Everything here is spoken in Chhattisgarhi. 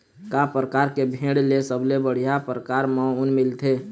का परकार के भेड़ ले सबले बढ़िया परकार म ऊन मिलथे?